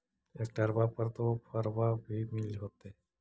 ट्रैक्टरबा पर तो ओफ्फरबा भी मिल होतै?